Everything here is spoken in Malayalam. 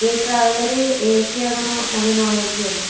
ഈ ട്രാവലറ് എസി ആണോ അതോ നോൺ എസി ആണോ